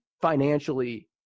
financially